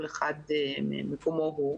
כל אחד במקומו הוא.